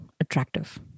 attractive